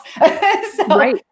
Right